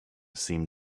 seemed